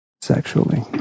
sexually